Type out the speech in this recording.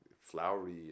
flowery